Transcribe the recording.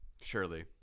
Surely